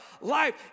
life